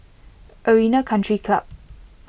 Arena Country Club